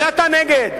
זה אתה נגד.